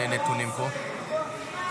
מה הסנקציות